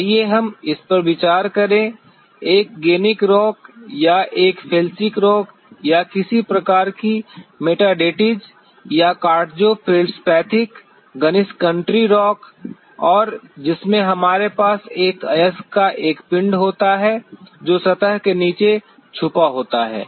आइए हम इस पर विचार करें एक जेनेसिक रॉक या एक फेल्सीक रॉक या किसी प्रकार की मेटासेडिमेंट या quartzo feldspathic gneiss country rock और जिसमें हमारे पास एक अयस्क का एक पिंड होता है जो सतह के नीचे छुपा होता है